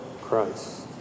Christ